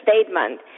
statement